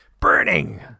Burning